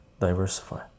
diversify